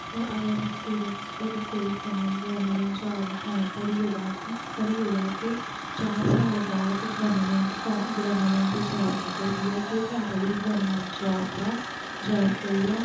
अगर कोई बच्चा अगर कोई फार्म गवर्नामेंट जाॅव फार्म भरी ओडे़ भरी ओड़े ते चार साल बाद गवर्नामेंट गवर्नामेंट जाॅव निकलदी ऐ केह् फायदा जेहड़ी गवर्नामेंट जाॅव दा जाॅव करिये